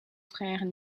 frères